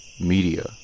media